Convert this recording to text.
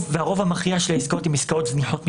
והרוב המכריע של העסקאות הן עסקאות זניחות ממילא.